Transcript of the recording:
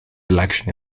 election